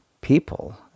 people